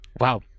Wow